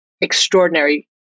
extraordinary